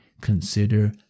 consider